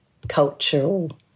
cultural